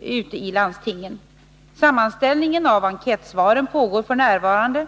i landstingen. Sammanställningen av enkätsvaren pågår f. n.